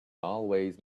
always